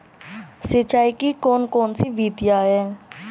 सिंचाई की कौन कौन सी विधियां हैं?